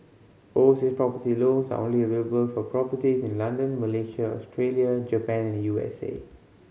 oversea property loans are only available for properties in London Malaysia Australia Japan and U S A